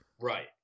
Right